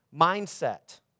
mindset